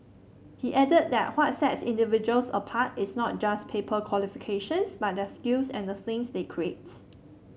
he added that what sets individuals apart is not just paper qualifications but their skills and the things they create